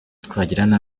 twagirana